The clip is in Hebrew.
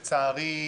לצערי,